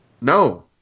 No